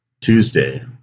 Tuesday